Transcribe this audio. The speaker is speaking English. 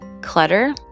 clutter